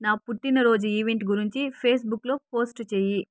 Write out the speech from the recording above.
నా పుట్టినరోజు ఈవెంట్ గురించి ఫేస్బుక్లో పోస్ట్ చెయ్యి